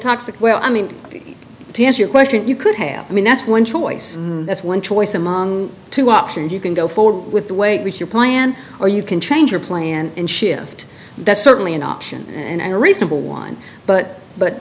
toxic well i mean to answer your question you could have i mean that's one choice and that's one choice among two options you can go forward with the way your plan or you can change your plan and shift that's certainly an option and a reasonable one but but